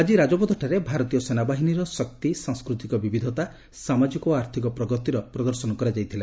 ଆଜି ରାଜପଥଠାରେ ଭାରତୀୟ ସେନାବାହିନୀର ଶକ୍ତି ସାଂସ୍କୃତିକ ବିବିଧତା ସାମାଜିକ ଓ ଆର୍ଥକ ପ୍ରଗତିର ପ୍ରଦର୍ଶନ କରାଯାଇଥିଲା